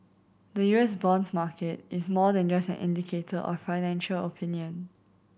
the U S bonds market is more than just an indicator of financial opinion